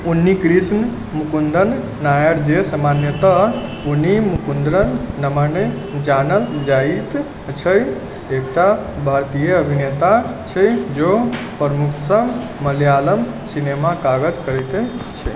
उन्नीकृष्ण मुकुन्दन नायर जे सामान्यतः उन्नी मुकुन्दन नमन जानल जाइत छै एकटा भारतीय अभिनेता छै जो प्रमुखतासँ मलयालम सिनेमामे काज करैत छै